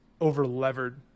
over-levered